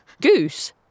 Goose